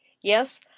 Yes